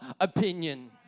opinion